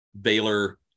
baylor